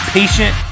patient